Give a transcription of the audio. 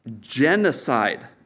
genocide